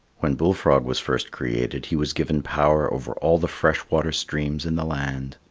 when bull frog was first created, he was given power over all the fresh-water streams in the land.